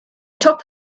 top